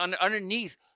underneath